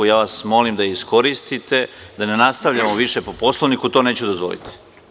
Ja vas molim da iskoristite, da ne nastavljamo više po Poslovniku, to neću dozvoliti.